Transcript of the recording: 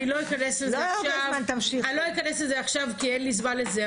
אני לא אכנס לזה עכשיו כי אין לי זמן לזה,